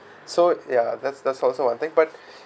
so ya that's that's also I think but